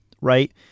right